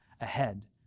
ahead